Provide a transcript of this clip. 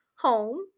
home